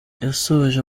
yasoje